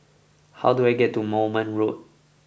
how do I get to Moulmein Road